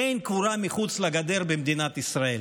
אין קבורה מחוץ לגדר במדינת ישראל,